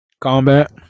Combat